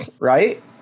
Right